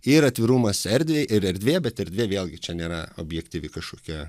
ir atvirumas erdvei ir erdvė bet erdvė vėlgi čia nėra objektyvi kažkokia